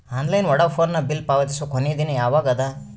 Online Vodafone bill ಪಾವತಿಸುವ ಕೊನಿ ದಿನ ಯವಾಗ ಅದ?